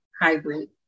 hybrid